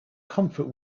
comfort